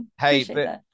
Hey